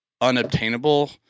unobtainable